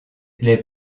les